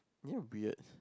you're weird